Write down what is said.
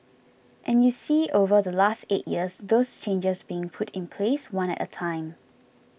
and you see over the last eight years those changes being put in place one at a time